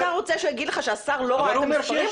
אתה רוצה שהוא יגיד לך שהשר לא ראה את המספרים?